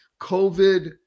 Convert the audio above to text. COVID